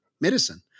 medicine